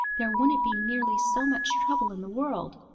there wouldn't be nearly so much trouble in the world.